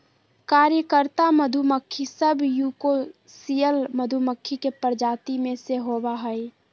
कार्यकर्ता मधुमक्खी सब यूकोसियल मधुमक्खी के प्रजाति में से होबा हइ